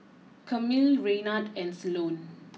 Camille Raynard and Sloane